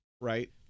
right